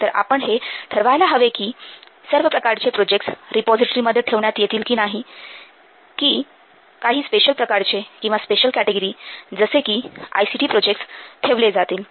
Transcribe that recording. तर आपण हे ठरवायला हवे कि सर्व प्रकारचे प्रोजेक्टस रिपोझिटरीमध्ये ठेवण्यात येतील की काही स्पेशल प्रकारचे किंवा स्पेशल कॅटेगरी जसे कि आयसीटी प्रोजेक्टस ठेवले जातील